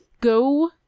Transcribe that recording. Go